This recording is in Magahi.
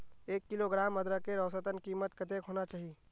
एक किलोग्राम अदरकेर औसतन कीमत कतेक होना चही?